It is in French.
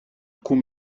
coups